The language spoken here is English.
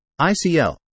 icl